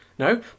No